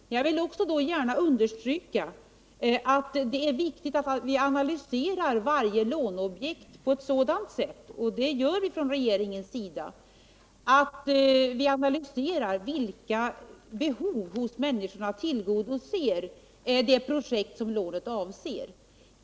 Men jag vill också understryka att det är viktigt att vi analyserar varje låneobjekt på ett sådant sätt, vilket också sker från regeringens sida, att vi fastställer vilka behov hos människorna som tillgodoses genom det lån projektet avser.